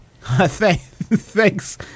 Thanks